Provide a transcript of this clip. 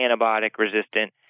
antibiotic-resistant